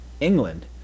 England